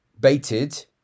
baited